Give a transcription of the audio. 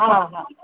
हा हा